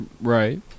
right